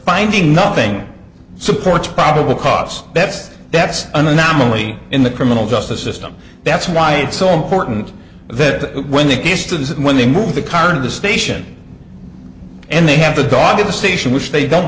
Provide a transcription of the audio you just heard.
finding nothing supports probable cause best that's an anomaly in the criminal justice system that's why it's so important that when that distance when they move the car into the station and they have a dog in the station which they don't